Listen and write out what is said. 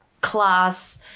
class